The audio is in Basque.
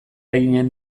eginen